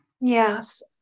Yes